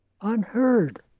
unheard